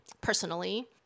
personally